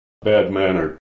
bad-mannered